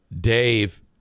Dave